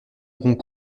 auront